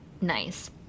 nice